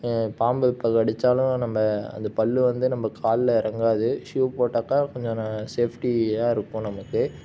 பாம்பு இப்போ கடிச்சாலும் நம்ப அந்த பல் வந்து நம்ம காலில் இறங்காது ஷூ போட்டாக்கா கொஞ்சம் நான் சேஃப்டியாக இருக்கும் நமக்கு